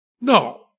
No